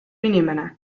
inimene